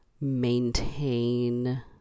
maintain